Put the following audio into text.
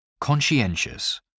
Conscientious